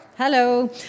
Hello